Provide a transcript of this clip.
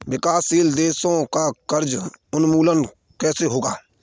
विकासशील देशों का कर्ज उन्मूलन कैसे होगा?